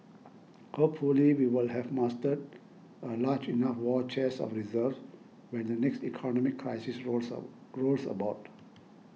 hopefully we will have mustered a large enough war chest of reserves when the next economic crisis rolls of rolls about